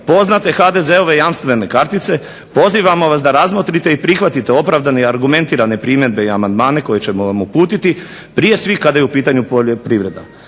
poznate HDZ-ove jamstvene kartice pozivamo vas da razmotrite i prihvatite opravdane i argumentirane primjedbe i amandmane koje ćemo vam uputiti prije svih kada je u pitanju poljoprivreda.